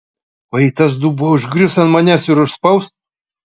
o jei tas dubuo užgrius ant manęs ir užspaus